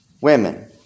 women